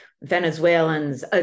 Venezuelans